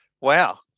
Wow